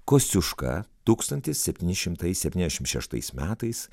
kosciuška tūkstantis septyni šimtai septyniasdešimt šeštais metais